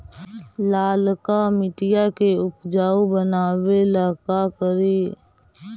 लालका मिट्टियां के उपजाऊ बनावे ला का करी?